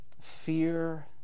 fear